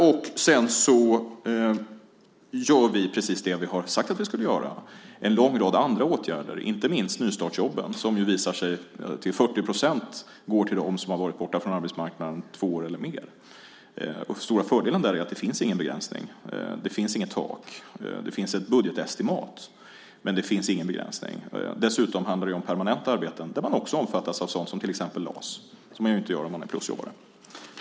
Vi gör precis det vi har sagt att vi skulle göra. Vi vidtar en lång rad andra åtgärder, inte minst med nystartsjobben som ju visar sig till 40 procent gå till dem som har varit borta från arbetsmarknaden två år eller mer. Den stora fördelen med dem är att det inte finns någon begränsning. Det finns inget tak. Det finns ett budgetestimat, men det finns ingen begränsning. Dessutom handlar det om permanenta arbeten där man också omfattas av till exempel LAS, vilket man inte gör om man är plusjobbare.